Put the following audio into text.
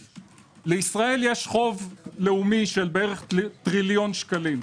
לישראל יש חוב לאומי של כטריליון שקלים.